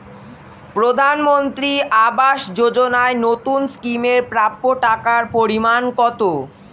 প্রধানমন্ত্রী আবাস যোজনায় নতুন স্কিম এর প্রাপ্য টাকার পরিমান কত?